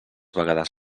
vegades